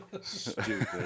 Stupid